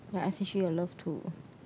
s_h_e I love too